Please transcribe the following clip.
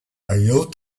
hilt